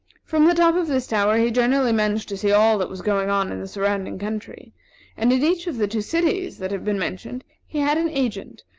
from the top of this tower he generally managed to see all that was going on in the surrounding country and in each of the two cities that have been mentioned he had an agent,